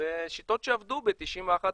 אלה שיטות שעבדו ב-91'-92'.